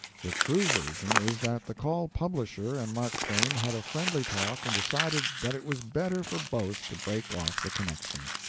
the true version is that the call publisher and mark twain had a friendly talk and decided that it was better for both to break off the connection.